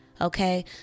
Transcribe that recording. okay